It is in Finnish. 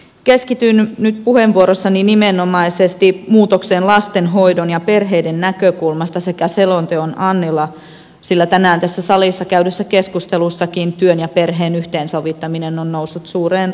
keskityn nyt puheenvuorossani nimenomaisesti muutokseen lastenhoidon ja perheiden näkökulmasta sekä selonteon antiin sillä tänään tässä salissa käydyssä keskustelussakin työn ja perheen yhteensovittaminen on noussut suureen rooliin